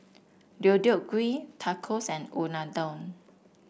Deodeok Gui Tacos and Unadon